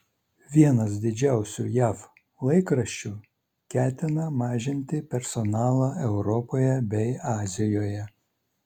vienas didžiausių jav laikraščių ketina mažinti personalą europoje bei azijoje